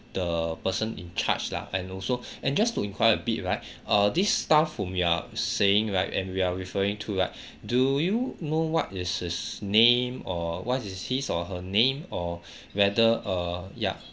the person in charge lah and also and just to inquire a bit right err this staff whom you are saying right and you're referring to right do you know what is his name or what is his or her name or whether uh ya